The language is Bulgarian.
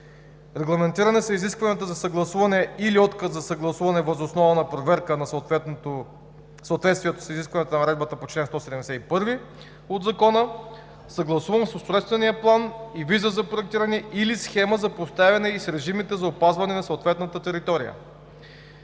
Регламентирани са изискванията за съгласуване или отказ за съгласуване въз основа на проверка на съответствието с изискванията на наредбата по чл. 171 от Закона, съгласуван устройствен план и виза за проектиране или схема за поставяне и с режимите за опазване за съответната територия.